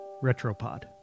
Retropod